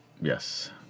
Yes